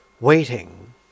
waiting